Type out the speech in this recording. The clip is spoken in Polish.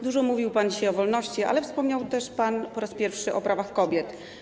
Dużo mówił pan dzisiaj o wolności, ale wspomniał też pan po raz pierwszy o prawach kobiet.